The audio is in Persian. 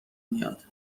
میاد